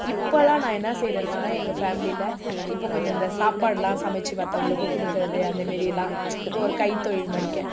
இப்போல்லாம் நான் என்ன செய்கிறேன்னு சொன்னால் எங்கள் ஃபேமிலியில் இப்போ கொஞ்சம் இந்த சாப்பாடுலாம் சமைத்து மற்றவங்களுக்கு கொடுக்குறது அந்த மாரிலாம் இப்போது ஒரு கை தொழில் இது மாதிரிக்க